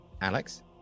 Alex